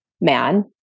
man